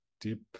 deep